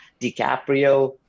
DiCaprio